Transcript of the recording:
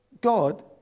God